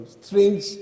strange